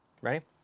Ready